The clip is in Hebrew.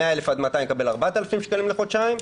100,000 עד 200,000 יקבל 4,000 שקלים לחודשיים,